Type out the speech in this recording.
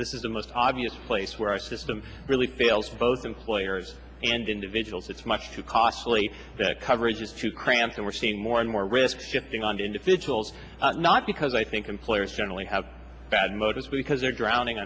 this is the most obvious place where our system really fails both employers and individuals it's much too costly that coverage is too cramped and we're seeing more and more risk shifting on individuals not because i think employers generally have bad motives because they're drowning